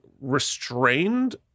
restrained